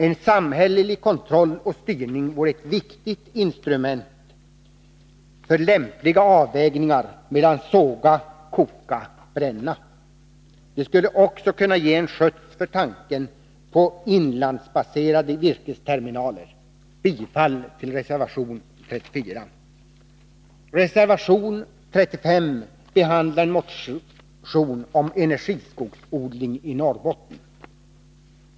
En samhällelig kontroll och styrning vore ett viktigt instrument för lämpliga avvägningar mellan att såga, koka och bränna. Det skulle också kunna ge en skjuts åt tanken på inlandsbaserade virkesterminaler. Jag yrkar bifall till reservation 34. Reservation 35 behandlar en motion om energiskogsodling i Norrbotten.